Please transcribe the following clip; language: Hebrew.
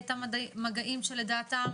לדעתם,